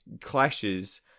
clashes